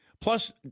plus